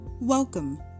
Welcome